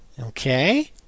Okay